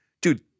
dude